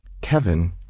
Kevin